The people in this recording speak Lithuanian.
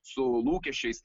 su lūkesčiais